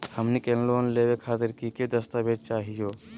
हमनी के लोन लेवे खातीर की की दस्तावेज चाहीयो?